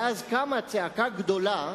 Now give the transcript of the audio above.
ואז קמה צעקה גדולה,